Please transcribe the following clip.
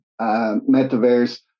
metaverse